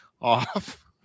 off